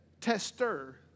tester